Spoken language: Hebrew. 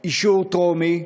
אישור טרומי.